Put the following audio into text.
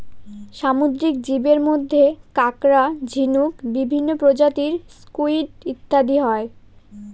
সামুদ্রিক জীবের মধ্যে কাঁকড়া, ঝিনুক, বিভিন্ন প্রজাতির স্কুইড ইত্যাদি হয়